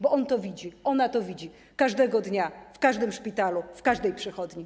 Bo on to widzi, ona to widzi każdego dnia w każdym szpitalu, w każdej przychodni.